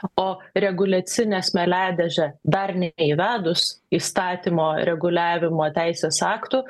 o reguliacinė smėliadėžė dar neįvedus įstatymo reguliavimo teisės aktų